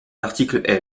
l’article